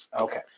Okay